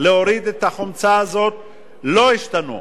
להוריד את החומצה הזאת לא השתנו.